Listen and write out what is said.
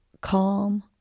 calm